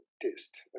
test